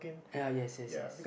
uh yes yes yes